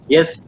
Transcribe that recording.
Yes